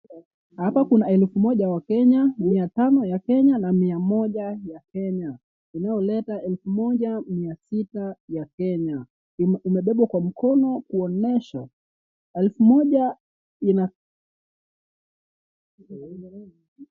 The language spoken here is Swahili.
Hapa kuna elfu moja ya Kenya, mia tano ya Kenya na mia moja ya Kenya inayoleta elfu moja mia sita ya Kenya. Imebebwa kwa mkono kuonyesha elfu moja ina.